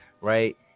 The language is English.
right